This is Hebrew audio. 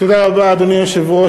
אדוני היושב-ראש,